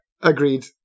agreed